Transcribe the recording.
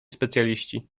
specjaliści